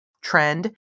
trend